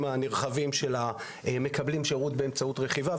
הנרחבים של מקבלי השירות באמצעות רכיבה.